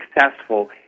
successful